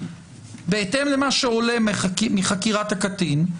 בהתאם למה שעולה מחקירת הקטין,